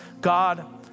God